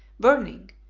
burning,